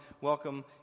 welcome